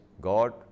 God